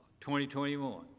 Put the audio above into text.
2021